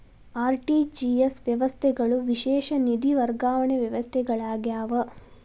RTGS ವ್ಯವಸ್ಥೆಗಳು ವಿಶೇಷ ನಿಧಿ ವರ್ಗಾವಣೆ ವ್ಯವಸ್ಥೆಗಳಾಗ್ಯಾವ